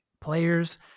players